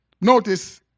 Notice